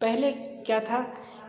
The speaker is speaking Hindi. पहले क्या था